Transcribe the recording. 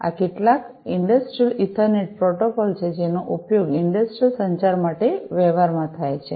આ કેટલાક industrial ethernet protocol છે જેનો ઉપયોગ ઇંડસ્ટ્રિયલસંચાર માટે વ્યવહારમાં થાય છે